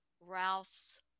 Ralph's